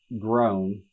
grown